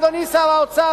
אדוני שר האוצר,